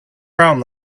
problem